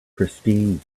christine